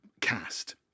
cast